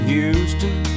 Houston